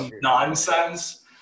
nonsense